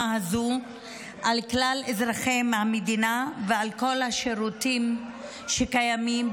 הזאת על כלל אזרחי המדינה ועל כל השירותים שקיימים,